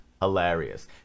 hilarious